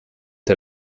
der